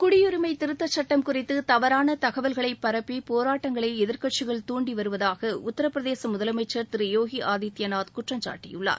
குடியுரிமை திருத்த சட்டம் குறித்து தவறான தகவல்களை பரப்பி போராட்டங்களை எதிர்கட்சிகள் தாண்டி விருவதாக உத்தரபிரதேச முதலமைச்சர் திரு யோகி ஆதித்தியநாத் குற்றம்சாட்டியுள்ளார்